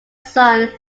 son